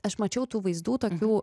aš mačiau tų vaizdų tokių